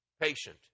patient